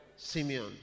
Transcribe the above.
Simeon